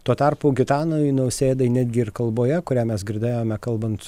tuo tarpu gitanui nausėdai netgi ir kalboje kurią mes girdėjome kalbant